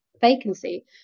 vacancy